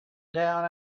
down